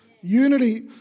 Unity